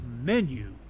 menu